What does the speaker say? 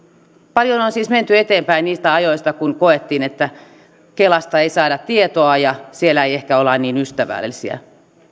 paljon on siis menty eteenpäin niistä ajoista kun koettiin että kelasta ei saada tietoa ja siellä ei ehkä olla niin ystävällisiä